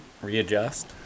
readjust